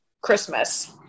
Christmas